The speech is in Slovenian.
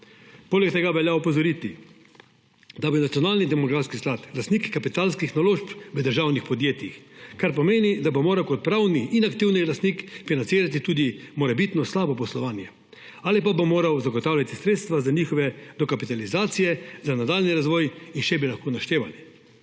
Poleg tega velja opozoriti, da je nacionalni demografski sklad lastnik kapitalskih naložb v državnih podjetjih, kar pomeni, da bo moral kot pravni in aktivni lastnik financirati tudi morebitno slabo poslovanje ali pa bo moral zagotavljati sredstva za njihove dokapitalizacije, za nadaljnji razvoj in še bi lahko naštevali.